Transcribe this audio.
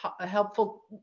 helpful